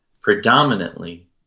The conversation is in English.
predominantly